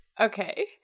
Okay